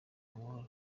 amahoro